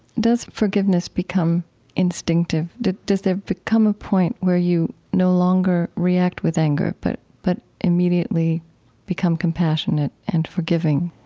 does forgiveness become instinctive? does does there become a point where you no longer react with anger but but immediately immediately become compassionate and forgiving?